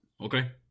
Okay